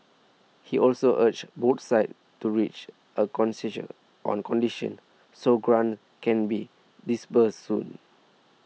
he also urged both sides to reach a consensus on conditions so grants can be disbursed soon